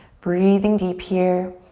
breathing deep here.